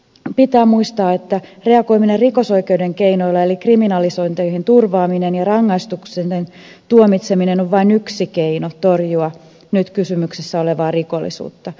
toisaalta pitää muistaa että reagoiminen rikosoikeuden keinoilla eli kriminalisointeihin turvaaminen ja rangaistukseen tuomitseminen on vain yksi keino torjua nyt kysymyksessä olevaa rikollisuutta